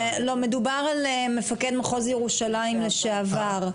לא מדובר על מפקד מחוז ירושלים לשעבר,